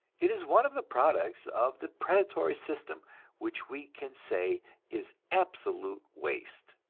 it is one of the products of the predatory system which we can say is absolute waste.